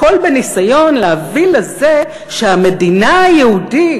הכול בניסיון להביא לזה שהמדינה היהודית,